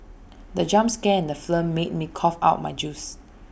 the jump scare in the film made me cough out my juice